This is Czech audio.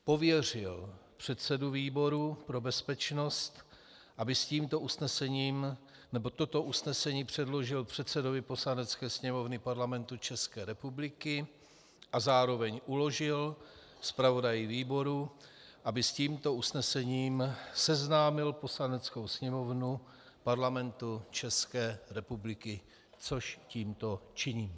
Pověřil předsedu výboru pro bezpečnost, aby toto usnesení předložil předsedovi Poslanecké sněmovny Parlamentu České republiky, a zároveň uložil zpravodaji výboru, aby s tímto usnesením seznámil Poslaneckou sněmovnu Parlamentu České republiky, což tímto činím.